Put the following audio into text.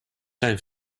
zijn